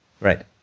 right